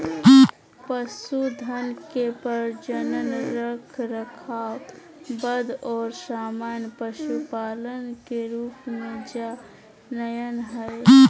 पशुधन के प्रजनन, रखरखाव, वध और सामान्य पशुपालन के रूप में जा नयय हइ